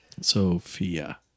Sophia